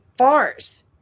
farce